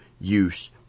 use